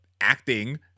acting